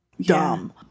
dumb